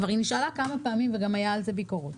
נשאלה כמה פעמים, והיתה על זה ביקורת.